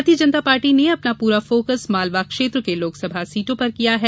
Bharatiya Janata party ने अपना पूरा फोकस मालवा क्षेत्र के लोकसभा सीटों पर किया है